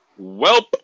Welp